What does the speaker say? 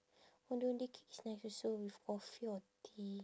ondeh ondeh cake is nice also with coffee or tea